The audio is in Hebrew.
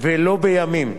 במקום בימים,